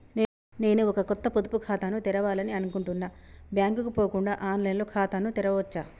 నేను ఒక కొత్త పొదుపు ఖాతాను తెరవాలని అనుకుంటున్నా బ్యాంక్ కు పోకుండా ఆన్ లైన్ లో ఖాతాను తెరవవచ్చా?